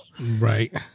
Right